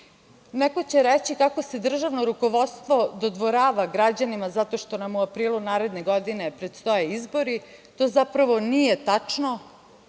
Neko će reći kako se državno rukovodstvo dodvorava građanima zato što nam u aprilu naredne godine predstoje izbori. To, zapravo, nije tačno,